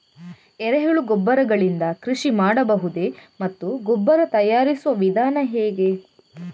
ಎರೆಹುಳು ಗೊಬ್ಬರ ಗಳಿಂದ ಕೃಷಿ ಮಾಡಬಹುದೇ ಮತ್ತು ಗೊಬ್ಬರ ತಯಾರಿಸುವ ವಿಧಾನ ಹೇಗೆ?